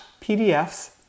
pdfs